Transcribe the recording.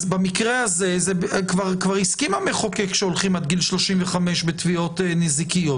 אז במקרה הזה כבר הסכים המחוקק שהולכים עד גיל 35 בתביעות נזיקיות.